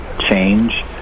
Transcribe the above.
change